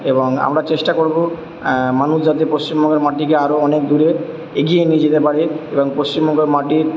এবং আমরা চেষ্টা করবো মানুষ যাতে পশ্চিমবঙ্গের মাটিকে আরো অনেক দূরে এগিয়ে নিয়ে যেতে পারে এবং পশ্চিমবঙ্গের মাটির